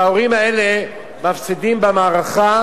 ההורים האלה מפסידים במערכה,